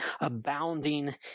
abounding